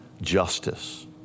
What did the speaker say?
justice